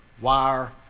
wire